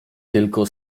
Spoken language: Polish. tylko